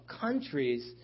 countries